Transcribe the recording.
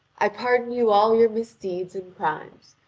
i pardon you all your misdeeds and crimes.